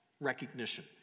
recognition